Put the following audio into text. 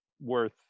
worth